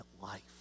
life